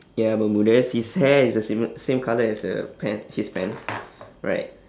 ya bermudas his hair is the same same colour as the pants his pants right